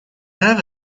have